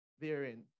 therein